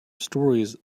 stories